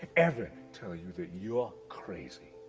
ever, tell you that you're, crazy.